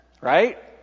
Right